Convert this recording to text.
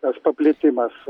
tas paplitimas